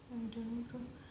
இன்றைக்கும்:indraikum